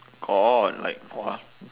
got like !wah!